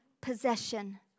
possession